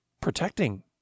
protecting